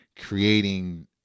creating